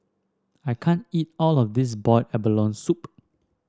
I can't eat all of this Boiled Abalone Soup